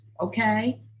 Okay